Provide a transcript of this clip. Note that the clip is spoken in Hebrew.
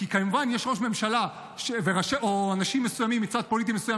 כי כמובן יש ראש ממשלה או אנשים מסוימים מצד פוליטי מסוים